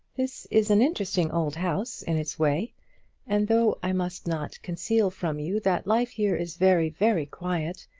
this is an interesting old house in its way and though i must not conceal from you that life here is very, very quiet,